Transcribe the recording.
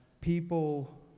people